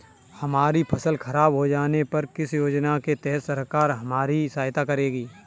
हमारी फसल खराब हो जाने पर किस योजना के तहत सरकार हमारी सहायता करेगी?